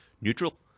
neutral